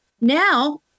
now